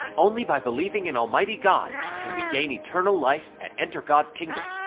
only by believing in almighty god can we gain eternal life and enter god's kingdom.